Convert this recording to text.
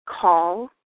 call